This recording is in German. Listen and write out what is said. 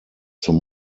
zum